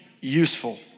useful